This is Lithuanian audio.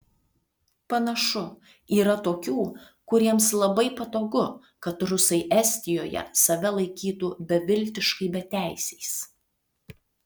panašu yra tokių kuriems labai patogu kad rusai estijoje save laikytų beviltiškai beteisiais